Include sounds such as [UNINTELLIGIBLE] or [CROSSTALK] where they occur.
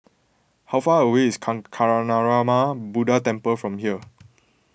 how far away is [UNINTELLIGIBLE] Kancanarama Buddha Temple from here